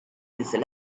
little